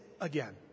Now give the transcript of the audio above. again